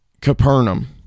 Capernaum